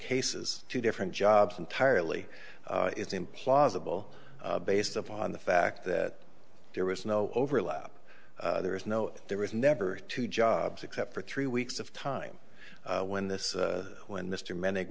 cases two different jobs entirely is implausible based upon the fact that there was no overlap there is no there was never two jobs except for three weeks of time when this when mr m